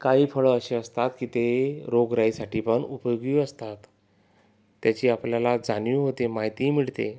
काही फळं अशी असतात की ती रोगराईसाठीपण उपयोगी असतात त्याची आपल्याला जाणीव होते माहिती मिळते